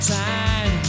time